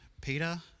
Peter